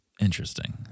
interesting